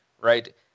right